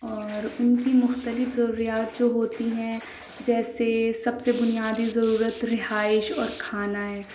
اور اُن کی مختلف ضروریات جو ہوتی ہیں جیسے سب سے بنیادی ضرورت رہائش اور کھانا ہے